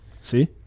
See